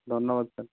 ধন্যবাদ স্যার